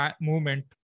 movement